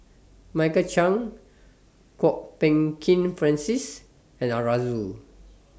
Michael Chiang Kwok Peng Kin Francis and Arasu